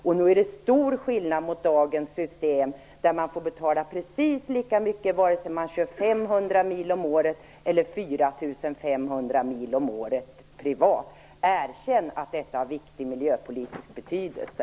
Och nog är det stor skillnad mot dagens system, där man får betala precis lika mycket oavsett om man privat kör 500 mil om året eller 4 500 mil om året. Erkänn att detta är av stor miljöpolitisk betydelse!